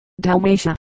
Dalmatia